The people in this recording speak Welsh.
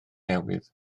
newydd